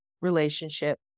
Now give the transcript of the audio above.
relationship